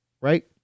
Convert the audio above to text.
Right